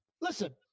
listen